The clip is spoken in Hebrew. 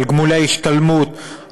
גמולי השתלמות,